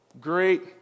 Great